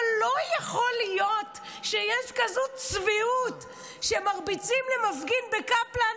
אבל לא יכול להיות שיש כזאת צביעות: כשמרביצים למפגין בקפלן,